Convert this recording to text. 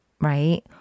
right